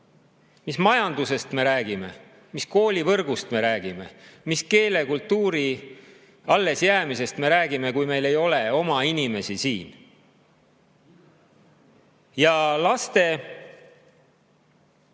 Mis majandusest me räägime, mis koolivõrgust me räägime, mis keele ja kultuuri allesjäämisest me räägime, kui meil ei ole oma inimesi siin! Jah, laste